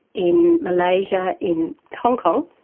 in malaysia, in hong kong,